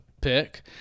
pick